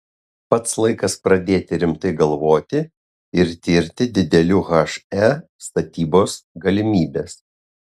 pats laikas pradėti rimtai galvoti ir tirti didelių he statybos galimybes